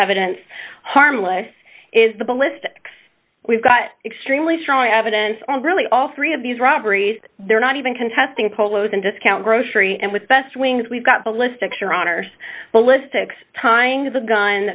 evidence harmless is the ballistics we've got extremely strong evidence on really all three of these robberies they're not even contesting polos and discount grocery and with best wings we've got the list of sure honors ballistics timing the gun